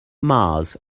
mars